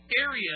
Area